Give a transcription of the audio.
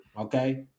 okay